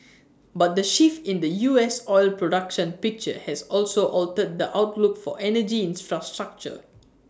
but the shift in the U S oil production picture has also altered the outlook for energy infrastructure